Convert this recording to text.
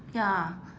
ya